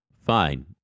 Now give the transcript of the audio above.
fine